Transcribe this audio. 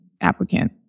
applicant